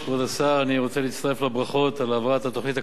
אני רוצה להצטרף לברכות על העברת התוכנית הכלכלית.